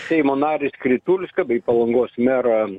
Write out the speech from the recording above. seimo narį skritulską bei palangos merą